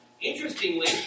Interestingly